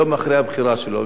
יום אחרי הבחירה שלו,